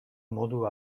modu